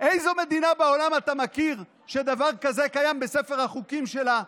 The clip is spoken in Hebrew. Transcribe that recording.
איזו מדינה בעולם אתה מכיר שדבר כזה קיים בספר החוקים שלה,